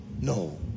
no